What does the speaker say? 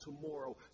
tomorrow